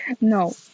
No